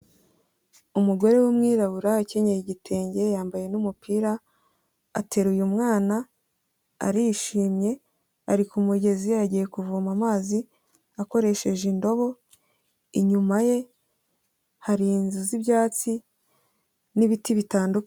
Umugore w'umwirabura akenyeye igitenge, yambaye n'umupira, ateruye umwana arishimye, ari ku mugezi yagiye kuvoma amazi akoresheje indobo, inyuma ye hari inzu z'ibyatsi n'ibiti bitandukanye.